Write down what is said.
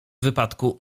wypadku